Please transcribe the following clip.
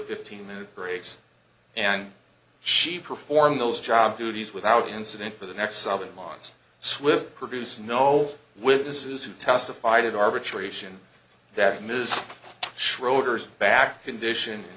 fifteen minute grace and she performed those job duties without incident for the next seven months swip produce no witnesses who testified in arbitration that ms schroeder's back condition